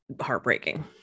heartbreaking